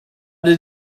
did